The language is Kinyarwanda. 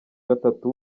gatatu